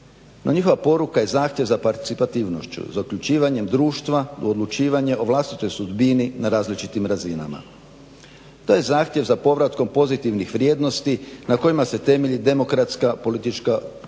njihova poruka je zahtjev za parcitipativnošću zaključivanjem društva o odlučivanjem o vlastitoj sudbini na različitim razinama. To je zahtjev za povratkom pozitivnih vrijednosti na kojima se temelji demokratska politička kultura